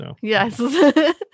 Yes